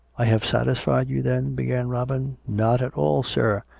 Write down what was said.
i have satisfied you, then began robin. not at all, sir.